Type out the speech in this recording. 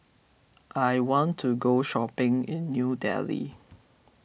I want to go shopping in New Delhi